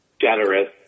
generous